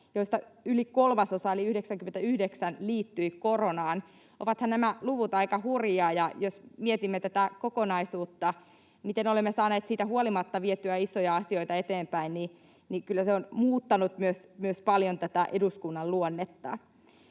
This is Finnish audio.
joista yli kolmasosa eli 99 liittyi koronaan. Ovathan nämä luvut aika hurjia, ja jos mietimme tätä kokonaisuutta, miten olemme saaneet siitä huolimatta vietyä isoja asioita eteenpäin, niin kyllä se on muuttanut paljon myös tätä eduskunnan luonnetta.